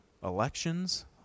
elections